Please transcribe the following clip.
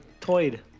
toyed